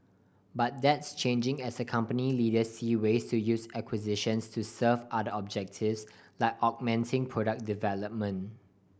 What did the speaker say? but that's changing as a company leader see ways to use acquisitions to serve other objectives like augmenting product development